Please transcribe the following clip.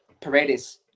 Paredes